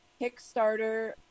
Kickstarter